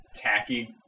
tacky